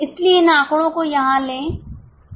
इसलिए इन आंकड़ों को यहां लें